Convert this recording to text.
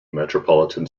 metropolitan